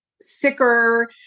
sicker